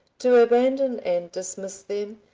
to abandon and dismiss them,